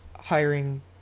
hiring